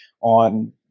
on